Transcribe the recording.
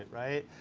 right?